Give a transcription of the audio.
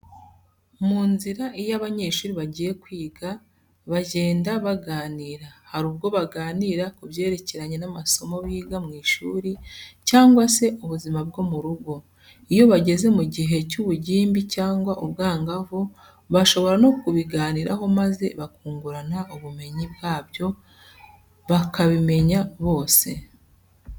Mu nzira iyo abanyeshuri bagiye kwiga bajyenda baganira, hari ubwo baganira kubyerekeranye n'amasomo biga mu ishuri cyangwa se ubuzima bwo mu rugo. Iyo bageze mu gihe cy'ubugimbi cyangwa ubwangavu bashobora no kubiganiraho maze bakungurana ubumenyi bwabyo bakabimenya bose.